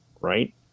right